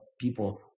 people